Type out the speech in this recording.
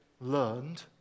learned